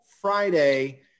Friday –